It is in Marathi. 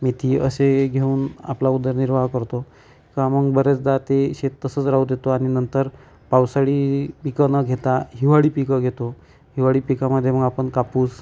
मेथी असे घेऊन आपला उदरनिर्वाह करतो का मग बरेचदा ते शेत तसंच राहू देतो आणि नंतर पावसाळी पिकं न घेता हिवाळी पिकं घेतो हिवाळी पिकामध्ये मग आपण कापूस